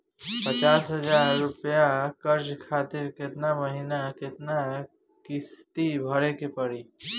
पचास हज़ार रुपया कर्जा खातिर केतना महीना केतना किश्ती भरे के पड़ी?